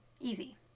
easy